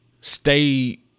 stay